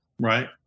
right